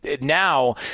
now